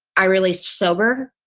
i really sober,